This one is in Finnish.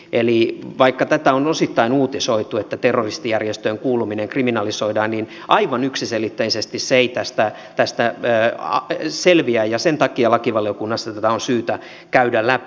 eli vaikka tätä on osittain uutisoitu että terroristijärjestöön kuuluminen kriminalisoidaan niin aivan yksiselitteisesti se ei tästä selviä ja sen takia lakivaliokunnassa tätä on syytä käydä läpi